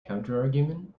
counterargument